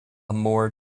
more